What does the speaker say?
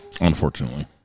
Unfortunately